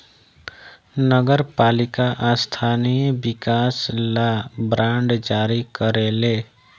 नगर पालिका स्थानीय विकास ला बांड जारी करेले